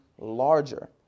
larger